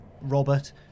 Robert